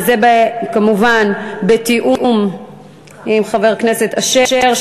וזה כמובן בתיאום עם חבר הכנסת אשר,